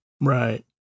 Right